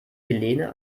helena